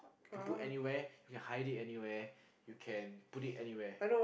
put anywhere you can hide it anywhere you can put it anywhere